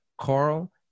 Carl